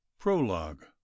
Prologue